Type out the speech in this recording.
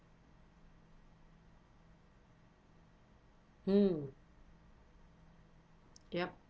mm yup